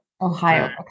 Ohio